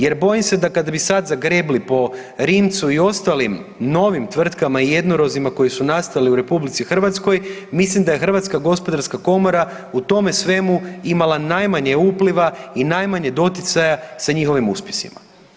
Jer bojim se da kada bi sad zagrebli po Rimcu i ostalim novim tvrtkama i jednorozima koji su nastali u RH mislim da je Hrvatska gospodarska komora u tome svemu imala najmanje upliva i najmanje doticaja sa njihovim uspjesima.